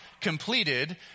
completed